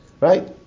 right